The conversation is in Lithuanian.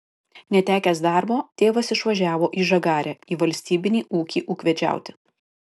netekęs darbo tėvas išvažiavo į žagarę į valstybinį ūkį ūkvedžiauti